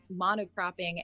monocropping